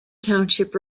township